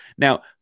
Now